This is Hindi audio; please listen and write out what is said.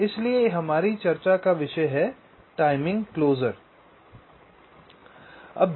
इसलिए यह हमारी चर्चा का विषय है टाइमिंग क्लोज़र